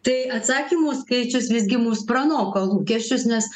tai atsakymų skaičius visgi mus pranoko lūkesčius nes